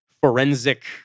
forensic